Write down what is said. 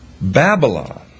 Babylon